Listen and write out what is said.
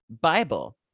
Bible